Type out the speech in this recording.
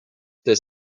this